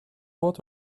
what